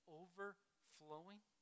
overflowing